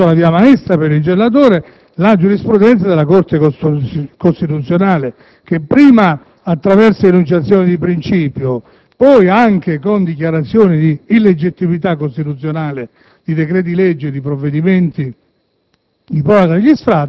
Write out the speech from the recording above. segnato la via maestra per il legislatore la giurisprudenza della Corte costituzionale che, prima con enunciazioni di principio e poi anche con dichiarazioni di illegittimità costituzionale di decreti-legge e di provvedimenti